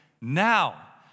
now